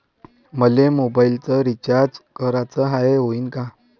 मले mobile recharge कराचा हाय, होईनं का?